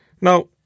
Now